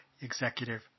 executive